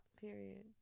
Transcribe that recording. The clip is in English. Period